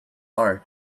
are